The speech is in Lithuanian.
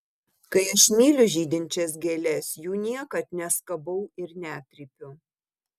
kai aš myliu žydinčias gėles jų niekad neskabau ir netrypiu